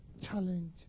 challenge